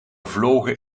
vlogen